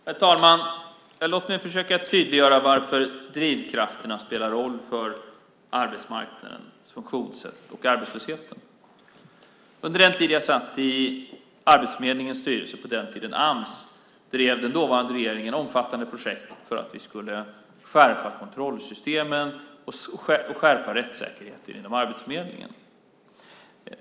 Herr talman! Låg mig försöka tydliggöra varför drivkrafterna spelar roll för arbetsmarknadens funktionssätt och arbetslösheten. Under den tid jag satt i Arbetsförmedlingens styrelse, på den tiden Ams, drev den dåvarande regeringen omfattande projekt för att vi skulle skärpa kontrollsystemen och skärpa rättssäkerheten inom Arbetsförmedlingen.